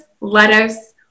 lettuce